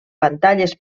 pantalles